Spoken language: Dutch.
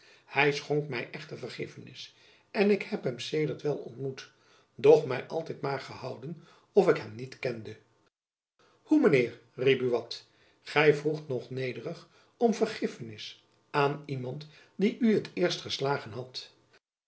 hy schonk my echter vergiffenis ik heb hem sedert wel ontmoet doch my altijd maar gehouden of ik hem niet kende hoe mijn heer riep buat gy vroegt nog nederig om vergiffenis aan iemand die u het eerst geslagen had